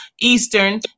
Eastern